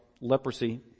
leprosy